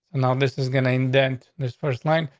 now, this is gonna in dent this first line.